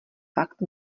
fakt